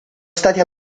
stati